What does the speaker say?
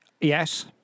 Yes